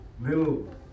little